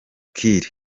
kiir